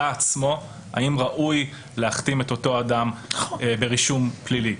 האם ראוי להכתים את אותו אדם ברישום פלילי.